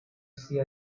see